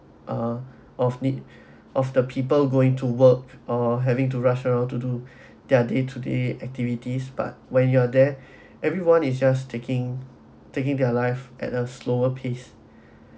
ah of need of the people going to work or having to rush around to do their day to day activities but when you're there everyone is just taking taking their life at a slower pace